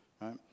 right